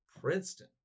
Princeton